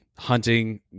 Hunting